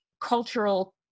cultural